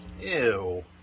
ew